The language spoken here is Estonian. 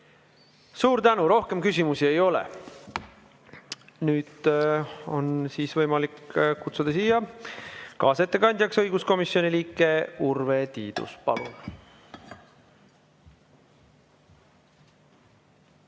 Suur tänu, rohkem küsimusi ei ole! Nüüd on võimalik kutsuda kaasettekandjaks õiguskomisjoni liige Urve Tiidus.